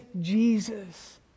Jesus